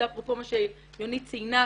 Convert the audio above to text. אפרופו מה שיונית ציינה,